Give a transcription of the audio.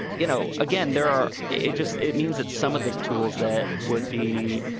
you know, again, there are it just it means that some of the tools that would be.